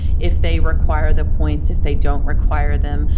if they require the points, if they don't require them,